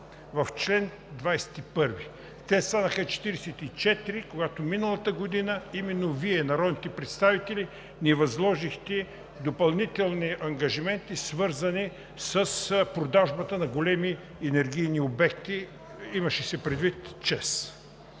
в чл. 21. Те станаха 44, когато миналата година именно Вие, народните представители, ни възложихте допълнителни ангажименти, свързани с продажбата на големи енергийни обекти. Имаше се предвид ЧЕЗ.